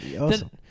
awesome